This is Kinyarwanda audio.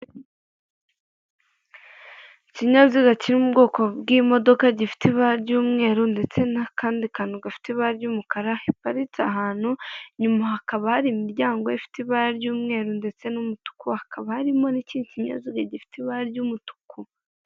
Ikinyabiziga kiri mu bwoko bw'imodoka gifite ibara ry'umweru ndetse n'akandi kantu gafite ibara ry'umukara igparitse ahantu, inyuma hakaba hari imiryango ifite ibara ry'umweru ndetse n'umutuku, hakaba harimo n'ikindi kinyabiziga gifite ibara ry'umutuku.